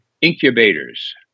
incubators